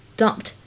dumped